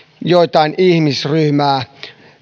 jotain ihmisryhmää